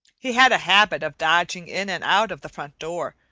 he had a habit of dodging in and out of the front door,